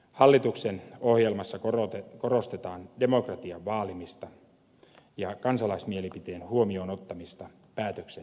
hallituksen ohjelmassa korostetaan demokratian vaalimista ja kansalaismielipiteen huomioon ottamista päätöksenteossa